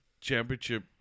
championship